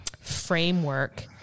framework